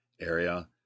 area